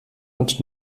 und